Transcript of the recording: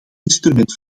instrument